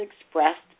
expressed